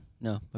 no